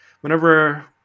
whenever